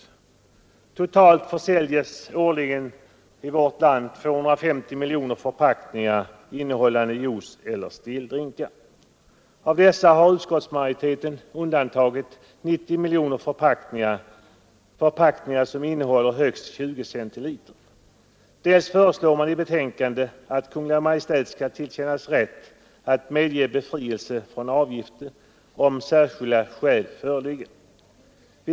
Den totala försäljningen årligen i vårt land är 250 miljoner förpackningar, innehållande juice eller stilldrinkar. Av dessa har utskottsmajoriteten undantagit 90 miljoner förpackningar — förpackningar som innehåller högst 20 centiliter. Dessutom föreslår majoriteten i betänkandet att Kungl. Maj:t skall tillerkännas rätt att medge befrielse från avgift om särskilda skäl föreligger.